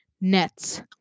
Nets